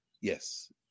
Yes